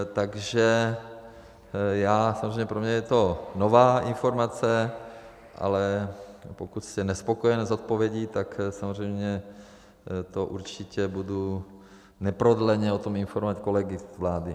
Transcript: Takže pro mě je to nová informace, ale pokud jste nespokojen s odpovědí, tak samozřejmě to určitě budu neprodleně o tom informovat kolegy z vlády.